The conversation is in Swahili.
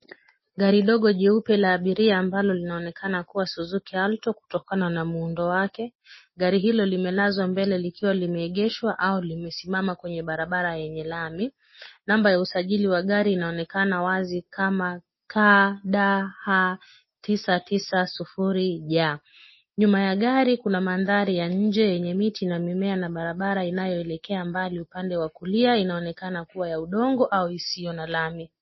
Gari ndogo jeupe la abiria ambalo linaonekana kuwa Suzuki Alto kutokana na muundo wake. Gari hilo limelazwa mbele likiwa limeegeshwa au limesimama kwenye barabara yenye lami. Namba ya usajili wa gari inaonekana wazi kama KDH 990J. Nyuma ya gari kuna mandhari ya nje yenye miti na mimea na barabara inayoelekea mbali upande wa kulia, inaonekana kuwa ya udongo au isio na lami.